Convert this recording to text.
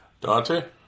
Dante